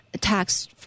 tax